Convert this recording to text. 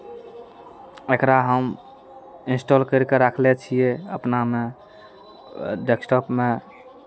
आ एकरा हम इंस्टाल करि कऽ राखने छियै अपनामे डेक्सटॉपमे